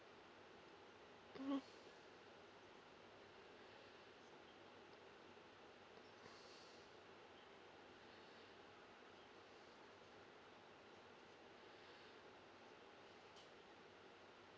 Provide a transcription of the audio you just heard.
mm